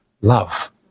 love